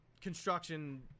construction